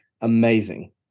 amazing